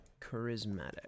Charismatic